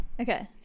Okay